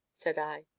said i.